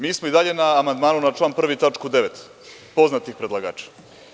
Mi smo i dalje na amandmanu na član 1. tačka 9), poznatih predlagača.